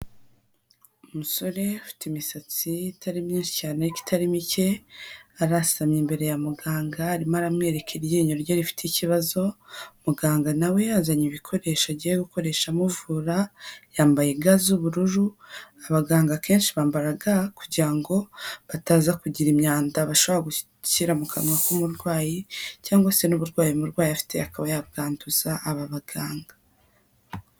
Umusore ufite imisatsi itari myinshi cyane ariko itari mike, arasana imbere ya muganga arimo aramwereka iryinyo rye rifite ikibazo, muganga na we azanye ibikoresho agiye gukoresha muvura, yambaye ga z'ubururu, abaganga kenshi bambara ga kugira ngo bataza kugira imyanda bashobora gushyira mu kanwa k'umurwayi cyangwa se n'uburwayi umurwayi afite akaba yabwanduza aba baganga.